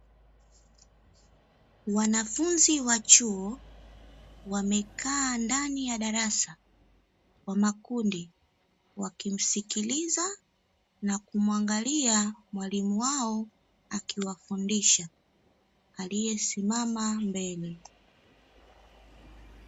Wanafunzi wa chuo wamekaa ndani ya darasa kwa makundi, wakimsikiliza na kumwangalia mwalimu wao akiwafundisha; aliyesimama mbele.